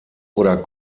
oder